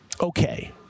Okay